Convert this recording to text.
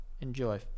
enjoy